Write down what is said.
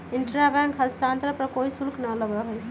intra bank स्थानांतरण पर कोई शुल्क ना लगा हई